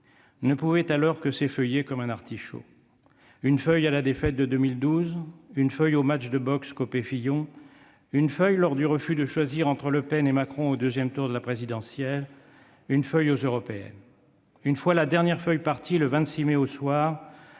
ne pouvait alors que s'effeuiller comme un artichaut : une feuille lors de la défaite de 2012, une feuille lors du match de boxe Copé-Fillon, une feuille lors du refus de choisir entre Le Pen et Macron au second tour de la présidentielle, une feuille lors des européennes ... Une fois la dernière feuille partie, le 26 mai au soir,